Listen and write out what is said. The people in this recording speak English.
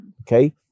okay